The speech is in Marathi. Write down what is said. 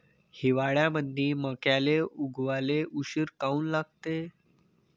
हिवाळ्यामंदी मक्याले उगवाले उशीर काऊन लागते?